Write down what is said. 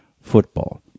football